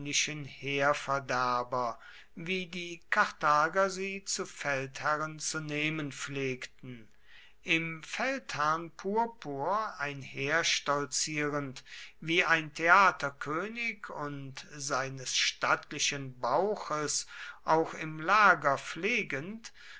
heerverderber wie die karthager sie zu feldherren zu nehmen pflegten im feldherrnpurpur einherstolzierend wie ein theaterkönig und seines stattlichen bauches auch im lager pflegend